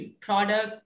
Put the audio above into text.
product